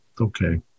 Okay